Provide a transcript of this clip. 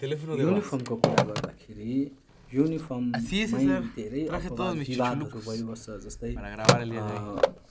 युनिफर्मको कुरा गर्दाखेरि युनिफर्ममै धेरै अपवाद विवादहरू भइबस्छ जस्तै